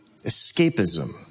Escapism